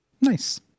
Nice